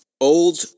old